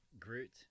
Groot